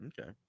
Okay